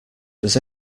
does